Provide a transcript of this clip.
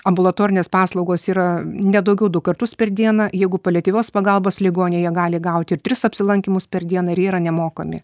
ambulatorinės paslaugos yra ne daugiau du kartus per dieną jeigu paliatyvios pagalbos ligoniai jie gali gauti ir tris apsilankymus per dieną ir jie yra nemokami